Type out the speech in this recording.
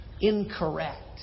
incorrect